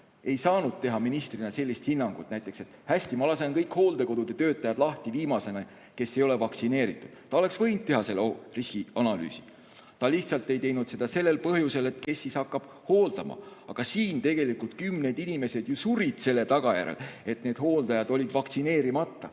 ei saanud anda ministrina sellist hinnangut näiteks, et ma lasen kõik need hooldekodude töötajad lahti, kes ei ole vaktsineeritud. Ta oleks võinud teha sellise riskianalüüsi. Ta lihtsalt ei teinud seda sellel põhjusel, et kes siis hakkab hooldama. Aga tegelikult kümned inimesed ju surid selle tagajärjel, et hooldajad olid vaktsineerimata.